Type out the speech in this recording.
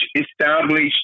established